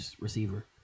receiver